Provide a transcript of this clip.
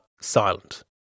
silent